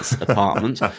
apartment